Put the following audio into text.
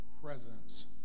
presence